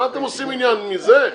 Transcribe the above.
אתם עושים עניין מזה?